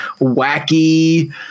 wacky